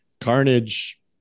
Carnage